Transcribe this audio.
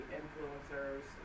influencers